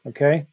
Okay